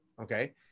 okay